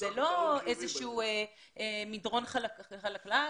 זה לא איזשהו מדרון חלקלק.